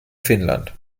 finnland